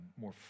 more